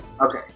Okay